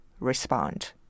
respond